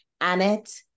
Annette